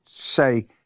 say